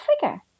figure